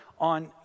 on